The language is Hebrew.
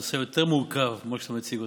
הנושא יותר מורכב מכפי שאתה מציג.